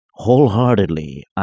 Wholeheartedly